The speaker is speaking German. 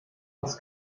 was